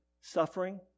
Suffering